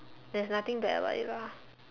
there's nothing bad about it lah